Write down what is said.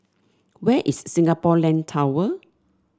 where is Singapore Land Tower